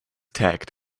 tagged